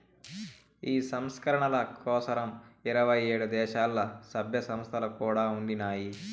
ఈ సంస్కరణల కోసరం ఇరవై ఏడు దేశాల్ల, సభ్య సంస్థలు కూడా ఉండినాయి